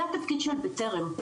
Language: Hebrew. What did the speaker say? זה התפקיד של בטרם,